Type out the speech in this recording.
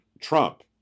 trump